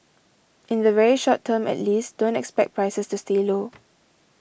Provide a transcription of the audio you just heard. in the very short term at least don't expect prices to stay low